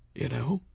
you know.